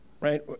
right